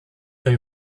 the